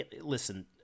Listen